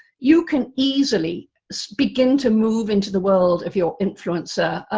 you can easily begin to move into the world of your influencer.